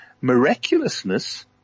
miraculousness